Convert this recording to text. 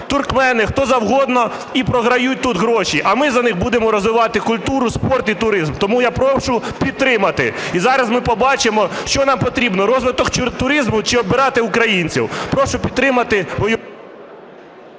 туркмени, хто завгодно і програють тут гроші, а ми за них будемо розвивати культуру, спорт і туризм. Тому я прошу підтримати. І зараз ми побачимо, що нам потрібно: розвиток туризму чи оббирати українців? Прошу підтримати.